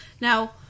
now